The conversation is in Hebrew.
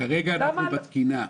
כרגע אנחנו בתקינה.